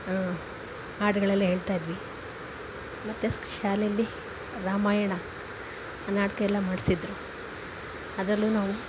ಹಾಡುಗಳೆಲ್ಲ ಹೇಳ್ತಾ ಇದ್ವಿ ಮತ್ತು ಶಾಲೆಯಲ್ಲಿ ರಾಮಾಯಣ ನಾಟಕ ಎಲ್ಲ ಮಾಡಿಸಿದ್ರು ಅದ್ರಲ್ಲೂ ನಾವು